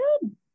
good